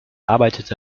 arbeitete